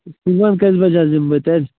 صُبحن کٔژِ بَجہِ حظ یِمہٕ بہٕ تیٚلہِ